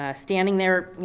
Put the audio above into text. ah standing there, you